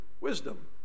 wisdom